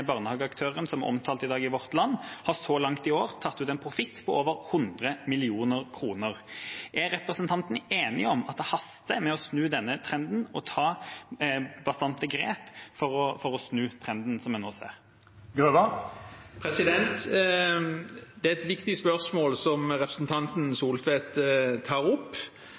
barnehageaktøren som er omtalt i dag i Vårt Land, har så langt i år tatt ut en profitt på over 100 mill. kr. Er representanten Grøvan enig i at det haster med å snu denne trenden og ta bastante grep for å snu trenden som vi nå ser? Det er et viktig spørsmål som representanten Tvedt Solberg tar opp.